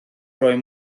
roi